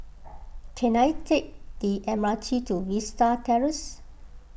can I take the M R T to Vista Terrace